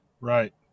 Right